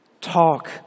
Talk